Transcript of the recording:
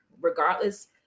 regardless